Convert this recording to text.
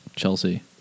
Chelsea